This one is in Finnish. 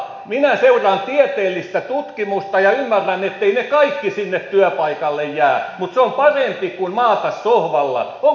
minä seuraan tieteellistä tutkimusta ja ymmärrän etteivät ne kaikki sinne työpaikalle jää mutta se on parempi kuin maata sohvalla